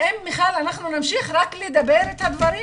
האם אנחנו נמשיך רק לדבר את הדברים